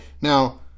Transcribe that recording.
Now